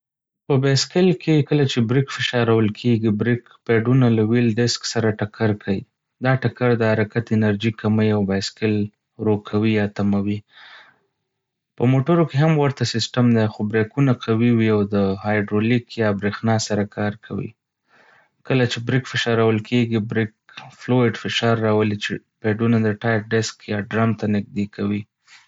په بایسکل کې، کله چې بریک فشارول کېږي، بریک پیډونه له ویل یا ډیسک سره ټکر کوي. دا ټکر د حرکت انرژي کموي او بایسکل ورو کوي یا تموي. په موټرو کې هم ورته سیستم دی، خو بریکونه قوي وي او د هایدرو لیک یا بریښنا سره کار کوي. کله چې بریک فشارول کېږي، بریک فلویډ فشار راولي چې پیډونه د ټایر ډیسک یا ډرم ته نیږدې کوي.